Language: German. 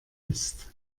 ist